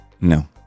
no